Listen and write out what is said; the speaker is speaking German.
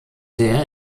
der